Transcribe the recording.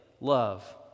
love